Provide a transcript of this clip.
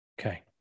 Okay